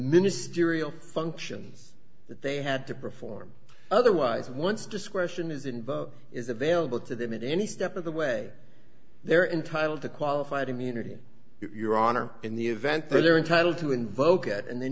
ministerial functions that they had to perform otherwise once discretion is in but is available to them in any step of the way they're entitled to qualified immunity your honor in the event thriller entitled to invoke it and then